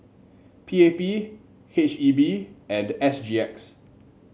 P A P H E B and S G X